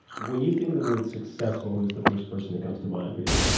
when you think of the word successful, who's the first person that comes to mind for you?